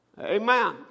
Amen